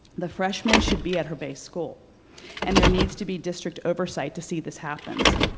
the freshman should be at her base school and there needs to be district oversight to see this happens.